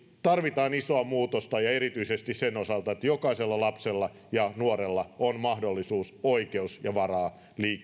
tarvitaan isoa muutosta ja erityisesti sen osalta että jokaisella lapsella ja nuorella on mahdollisuus oikeus ja varaa